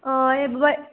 हय बट